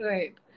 Right